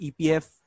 EPF